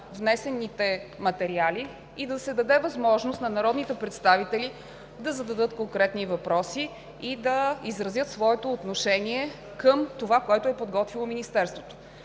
внесените материали и да се даде възможност на народните представители да зададат конкретни въпроси и да изразят своето отношение към това, което е подготвило Министерството.